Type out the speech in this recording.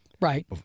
Right